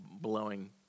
blowing